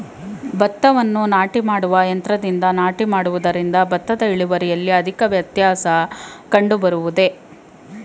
ಭತ್ತವನ್ನು ನಾಟಿ ಮಾಡುವ ಯಂತ್ರದಿಂದ ನಾಟಿ ಮಾಡುವುದರಿಂದ ಭತ್ತದ ಇಳುವರಿಯಲ್ಲಿ ಅಧಿಕ ವ್ಯತ್ಯಾಸ ಕಂಡುಬರುವುದೇ?